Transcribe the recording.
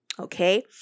Okay